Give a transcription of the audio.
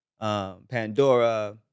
Pandora